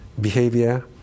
behavior